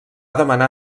demanar